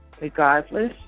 regardless